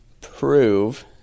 prove